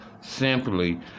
simply